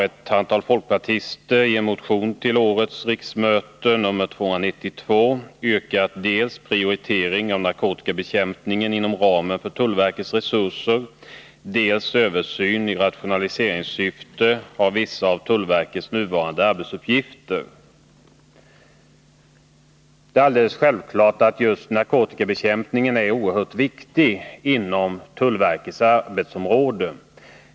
Ett antal folkpartister har i en motion till detta riksmöte, motion nr 292, yrkat på dels en prioritering av narkotikabekämpningen inom ramen för tullverkets resurser, dels en översyn i rationaliseringssyfte av vissa av tullverkets nuvarande arbetsuppgifter. Det är självklart att just narkotikabekämpningen är oerhört viktig inom tullverkets arbetsområde.